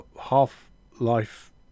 Half-Life